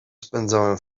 spędzałem